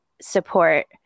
support